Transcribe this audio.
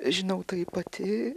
žinau tai pati